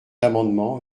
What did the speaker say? amendement